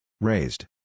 Raised